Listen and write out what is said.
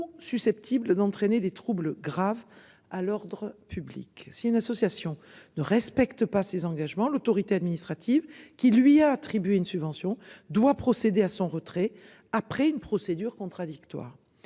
susceptible d'entraîner des troubles graves à l'ordre public si une association ne respecte pas ses engagements. L'autorité administrative qui lui a attribué une subvention doit procéder à son retrait après une procédure contradictoire.